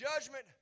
judgment